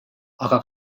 aga